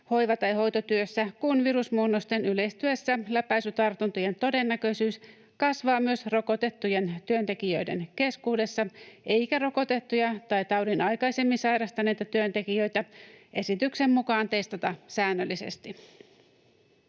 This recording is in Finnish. hoiva- tai hoitotyössä, kun virusmuunnosten yleistyessä läpäisytartuntojen todennäköisyys kasvaa myös rokotettujen työntekijöiden keskuudessa eikä rokotettuja tai taudin aikaisemmin sairastaneita työntekijöitä esityksen mukaan testata säännöllisesti.